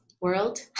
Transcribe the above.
world